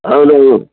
అవును